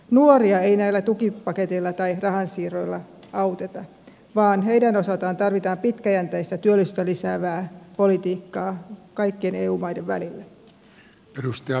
nuoria ei näillä tukipaketeilla tai rahansiirroilla auteta vaan heidän osaltaan tarvitaan pitkäjänteistä työllisyyttä lisäävää politiikkaa kaikkien eu maiden välille